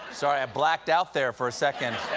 sorry, i blacked out there for a second